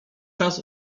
czas